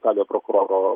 specialiojo prokuroro